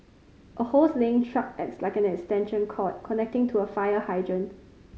a hose laying truck acts like an extension cord connecting to a fire hydrant